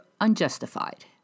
unjustified